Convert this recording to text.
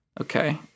Okay